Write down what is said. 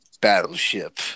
Battleship